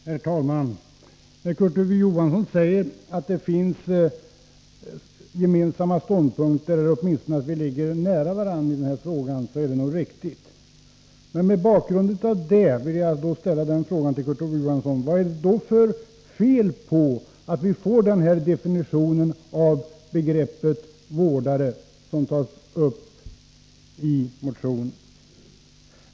Herr talman! När Kurt Ove Johansson säger att det finns gemensamma ståndpunkter eller att vi åtminstone ligger nära varandra i denna fråga, så är det nog riktigt. Men mot bakgrund av detta vill jag till Kurt Ove Johansson ställa frågan: Vad är det för fel i att vi får denna definition av begreppet vårdare, vilket tas upp i motionen?